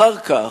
אחר כך,